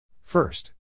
first